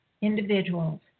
individuals